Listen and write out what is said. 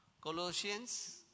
Colossians